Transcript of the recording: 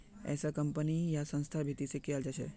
ऐसा कम्पनी या संस्थार भीती से कियाल जा छे